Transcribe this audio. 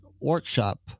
workshop